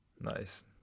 Nice